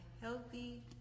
healthy